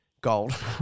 gold